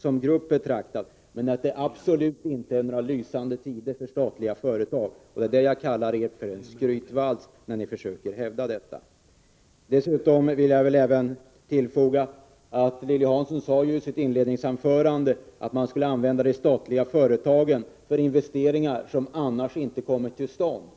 som grupp betraktat. Men det är absolut inte några lysande tider för statliga företag. Det är därför som jag, när ni försöker hävda detta, kallar det för en skrytvals. Lilly Hansson sade i sitt inledningsanförande att man skulle använda de statliga företagen för investeringar som annars inte skulle komma till stånd.